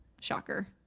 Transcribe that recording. Shocker